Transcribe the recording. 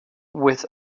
with